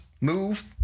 move